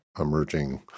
emerging